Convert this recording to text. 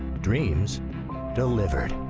dreams delivered.